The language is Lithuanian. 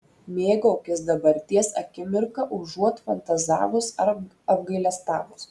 mėgaukis dabarties akimirka užuot fantazavus ar apgailestavus